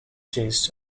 dress